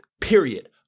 period